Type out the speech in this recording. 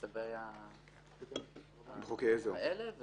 בצווים האלה.